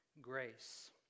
grace